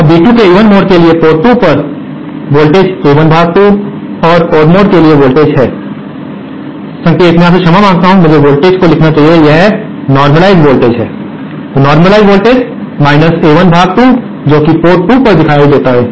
अब बी2 के इवन मोड के लिए पोर्ट 2 पर वोल्टेज A1 भाग 2 है और ओड मोड के लिए वोल्टेज है कि संकेत मैं आपसे क्षमा मांगता हूं मुझे वोल्टेज को लिखना चाहिए यह एक नोर्मलिज़ेड वोल्टेज है नोर्मलिज़ेड वोल्टेज A1 भाग 2 है जो पोर्ट 2 पर दिखाई देता है